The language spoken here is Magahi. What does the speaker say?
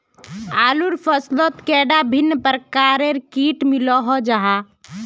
आलूर फसलोत कैडा भिन्न प्रकारेर किट मिलोहो जाहा?